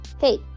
Hey